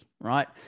right